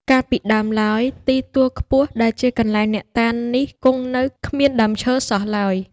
កាលពីដើមឡើយ ទីទួលខ្ពស់ដែលជាកន្លែងអ្នកតានេះគង់នៅ គ្មានដើមឈើសោះឡើយ ។